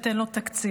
אתן לו תקציר: